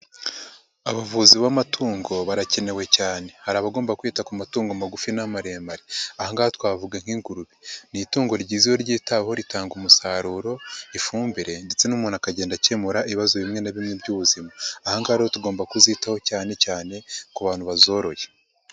Abavuzi b'amatungo barakenewe cyane. Hari abagomba kwita ku matungo magufi n'amaremare. Aha ngaha twavuga nk'ingurube. Ni itungo ryiza iyo ryitaweho, ritanga umusaruro, ifumbire ndetse n'umuntu akagenda akemura ibibazo bimwe na bimwe by'ubuzima, Aha ngaha rero tugomba kuzitaho cyane cyane ku bantu bazoroye.